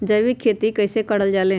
जैविक खेती कई से करल जाले?